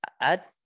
add